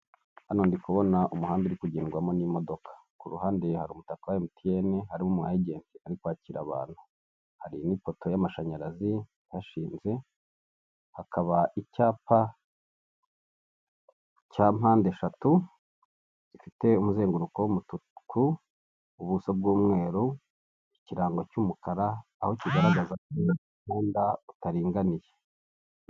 Hano ndi kubona umuhanda uri kugendwamo n'imodoka ku ruhande hari umutaka wa emutiyeni harimo umugenti ari kwakira abantu, hari n'ipoto y'amashanyarazi ihashinze hakaba icyapa cya mpande eshatu zifite umuzenguruko w'umutuku ubuso bw'umweru ikirango cy'umukara aho kigaragazako umuhanda utaringaniye.